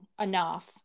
enough